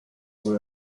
were